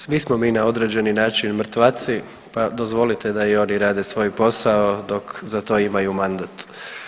Svi smo mi na određeni način mrtvaci, pa dozvolite da i oni rade svoj posao dok za to imaju mandat.